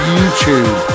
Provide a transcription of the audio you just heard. YouTube